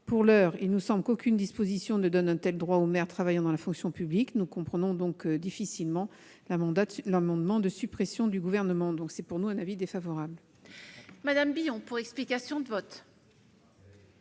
Pour l'heure, il nous semble qu'aucune disposition ne donne un tel droit aux mères travaillant dans la fonction publique. Nous comprenons donc difficilement l'amendement de suppression déposé par le Gouvernement, et nous émettons un avis défavorable. La parole est à Mme Annick Billon, pour explication de vote.